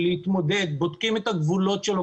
כל הזמן בודקים את הגבולות שלו,